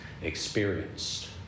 experienced